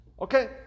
Okay